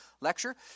lecture